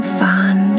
fun